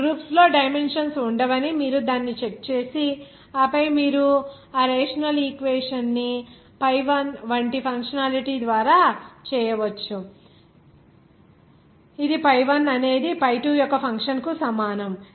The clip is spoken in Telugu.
ఈ గ్రూప్స్ లో డైమెన్షన్స్ ఉండవని మీరు దాన్ని చెక్ చేసి ఆపై మీరు ఆ రేషనల్ ఈక్వేషన్ ని pi 1 వంటి ఫంక్షనాలిటీ ద్వారా చేయవచ్చు ఇది pi1 అనేది pi2 యొక్క ఫంక్షన్కు సమానం